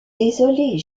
désolée